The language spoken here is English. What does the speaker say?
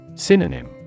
Synonym